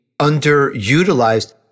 underutilized